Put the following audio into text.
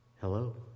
Hello